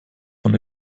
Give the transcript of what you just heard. von